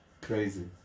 Crazy